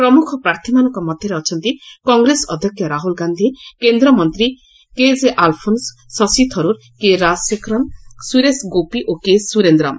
ପ୍ରମୁଖ ପ୍ରାର୍ଥୀମାନଙ୍କ ମଧ୍ୟରେ ଅଛନ୍ତି କଟ୍ରେସ ଅଧ୍ୟକ୍ଷ ରାହୁଲ ଗାନ୍ଧୀ କେନ୍ଦ୍ରମନ୍ତ୍ରୀ କେଜେଆଲଫୋନ୍ସ ଶଶୀଥରୁର କେ ରାଜଖେରନ ସୁରେଶ ଗୋପି ଓ କେ ସୁରେନ୍ଦ୍ରମ